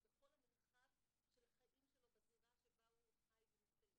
זה בכל המרחב של החיים שלו בזירה שבה הוא חי ומתקיים.